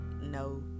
no